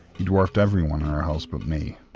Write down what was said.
he dwarfed everyone in our house but me,